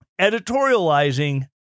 editorializing